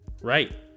Right